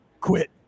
quit